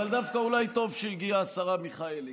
אבל דווקא אולי טוב שהגיעה השרה מיכאלי,